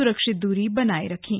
स्रक्षित दूरी बनाए रखें